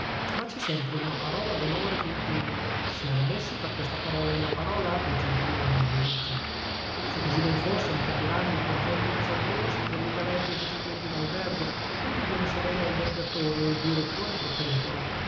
ma c'è sempre una parola d'onore che impegna si è ammessi per questa parola e la parola pei gentiluomini è legge se così non fosse mi capiranno il convento di san bruno si tramuterebbe facilmente in albergo ed io ne sarei l'albergatore o il direttore pro tempore